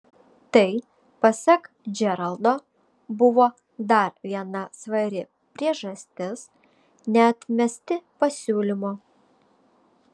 tai pasak džeraldo buvo dar viena svari priežastis neatmesti pasiūlymo